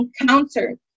encountered